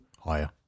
Higher